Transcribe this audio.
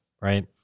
Right